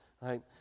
right